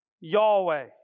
Yahweh